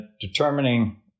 determining